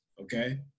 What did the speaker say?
okay